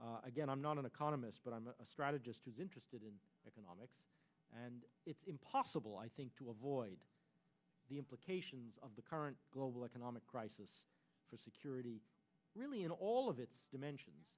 economics again i'm not an economist but i'm a strategist who's interested in economics and it's impossible i think to avoid the implications of the current global economic crisis for security really in all of its dimensions